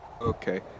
Okay